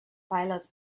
pilots